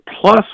plus